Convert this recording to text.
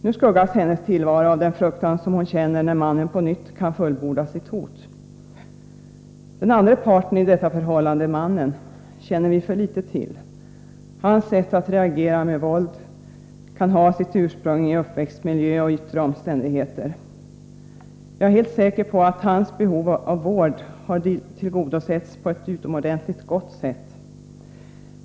Nu skuggas hennes tillvaro av den fruktan hon känner när mannen på nytt kan fullborda sitt hot. Den andra parten i detta förhållande, mannen, känner vi till för litet om. Hans sätt att reagera med våld kan ha sitt ursprung i uppväxtmiljö och yttre omständigheter. Jag är helt säker på att hans behov av vård har tillgodosetts på ett utomordentligt gott sätt.